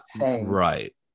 Right